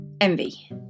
envy